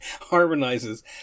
harmonizes